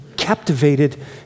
captivated